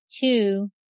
two